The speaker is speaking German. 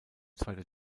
zweite